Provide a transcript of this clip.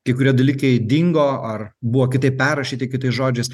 kai kurie dalykai dingo ar buvo kitaip perrašyti kitais žodžiais